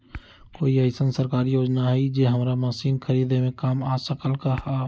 कोइ अईसन सरकारी योजना हई जे हमरा मशीन खरीदे में काम आ सकलक ह?